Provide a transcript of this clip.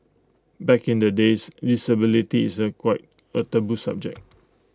back in the days disability is A quite A taboo subject